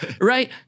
Right